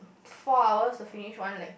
four hours to finish one lecture